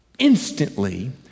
Instantly